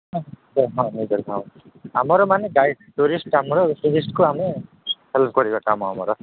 ହଁ ତୁମ ତୁମର ନିଜର ଖାଅ ଆମର ମାନେ ଗାଇଡ୍ ଟୁରିଷ୍ଟ ଆମର ଟୁରିଷ୍ଟକୁ ଆମେ ହେଲ୍ପ କରିବା କାମ ଆମର